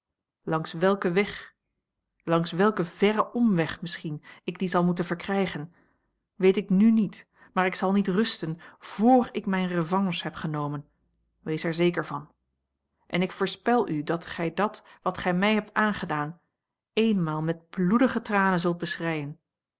langs welken weg langs welken verren omweg misschien ik die zal moeten verkrijgen weet ik n niet maar ik zal niet rusten vr ik mijne revanche heb genomen wees er zeker van en ik voorspel u dat gij dat wat gij mij hebt aangedaan eenmaal met bloedige tranen zult beschreien